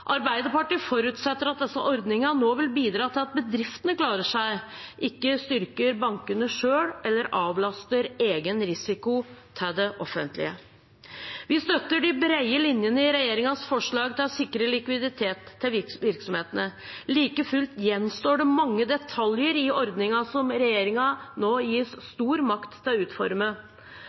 Arbeiderpartiet forutsetter at disse ordningene nå vil bidra til at bedriftene klarer seg, ikke at det styrker bankene selv eller avlaster egen risiko til det offentlige. Vi støtter de brede linjene i regjeringens forslag til å sikre likviditet i virksomhetene. Like fullt gjenstår det mange detaljer i ordningen som regjeringen nå gis stor makt til å utforme.